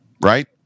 right